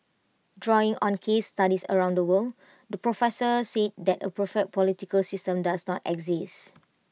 drawing on case studies around the world the professor said that A perfect political system does not exist